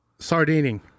sardining